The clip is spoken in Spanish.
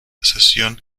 sesión